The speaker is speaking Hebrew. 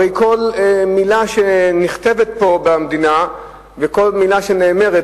הרי כל מלה שנכתבת פה במדינה וכל מלה שנאמרת